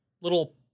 little